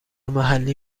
محلی